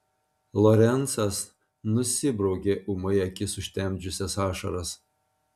lorencas nusibraukė ūmai akis užtemdžiusias ašaras